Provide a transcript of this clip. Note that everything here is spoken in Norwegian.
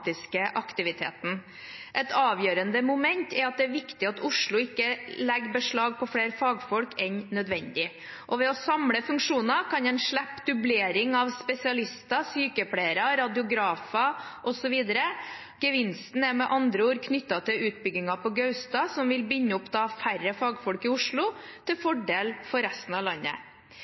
aktiviteten. Et avgjørende moment er at det er viktig at Oslo ikke legger beslag på flere fagfolk enn nødvendig. Ved å samle funksjoner kan en slippe dublering av spesialister, sykepleiere, radiografer osv. Gevinstene er med andre ord knyttet til utbyggingen på Gaustad, som vil binde opp færre fagfolk i Oslo til fordel for resten av landet.